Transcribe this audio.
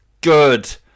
good